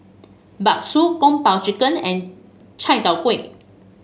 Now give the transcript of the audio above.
bakso Kung Po Chicken and Chai Tow Kuay